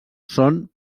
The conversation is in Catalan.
són